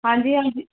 ਹਾਂਜੀ ਹਾਂਜੀ